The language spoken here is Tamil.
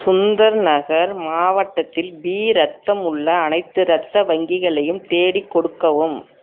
சுந்தர்நகர் மாவட்டத்தில் பி இரத்தம் உள்ள அனைத்து இரத்த வங்கிகளையும் தேடிக் கொடுக்கவும்